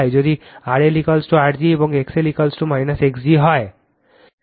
যদি RLR g এবং XL X g হয়